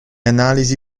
analisi